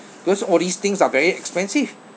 because all these things are very expensive